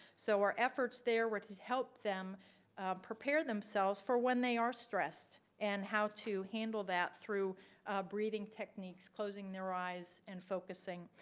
so our efforts there were to help them prepare themselves for when they are stressed and how to handle that through breathing techniques, closing their eyes and focusing.